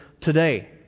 today